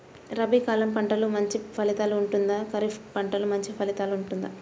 రబీ కాలం పంటలు మంచి ఫలితాలు ఉంటుందా? ఖరీఫ్ పంటలు మంచి ఫలితాలు ఉంటుందా?